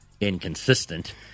inconsistent